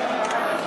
איסור עישון